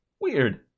Weird